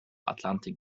atlantik